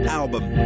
album